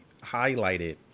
highlighted